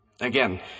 Again